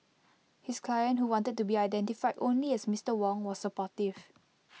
his client who wanted to be identified only as Mister Wong was supportive